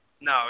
No